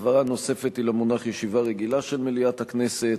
הבהרה נוספת היא למונח "ישיבה רגילה" של מליאת הכנסת.